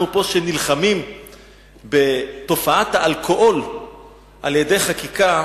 אנחנו פה, שנלחמים בתופעת האלכוהול על-ידי חקיקה,